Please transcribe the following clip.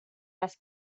les